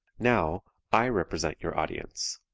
now, i represent your audience.